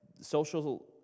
social